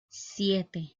siete